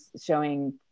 showing